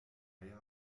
eier